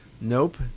Nope